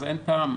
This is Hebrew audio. אז אין טעם.